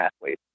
athletes